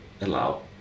allow